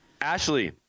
Ashley